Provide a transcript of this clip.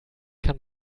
kann